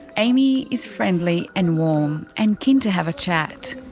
amy is friendly and warm, and keen to have a chat.